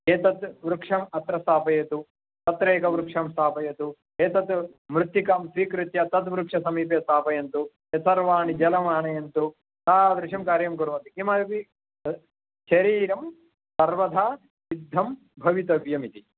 एतद् वृक्षम् अत्र स्थापयतु अत्र एकवृक्षं स्थापयतु एतत् मृत्तिकां स्वीकृत्य तद् वृक्षसमीपे स्थापयन्तु सर्वाणि जलमानयन्तु तादृशं कार्यं कुर्वन्ति किममि तद् शरीरं सर्वदा सिद्धं भवितव्यमिति